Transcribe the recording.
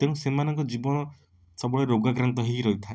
ତେଣୁ ସେମାନଙ୍କ ଜୀବନ ସବୁବେଳେ ରୋଗାକ୍ରାନ୍ତ ହେଇ ରହିଥାଏ